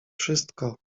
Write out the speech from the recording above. wszystko